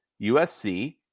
USC